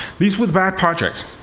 these were the bad projects.